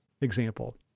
example